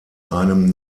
einem